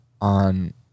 On